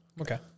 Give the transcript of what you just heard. Okay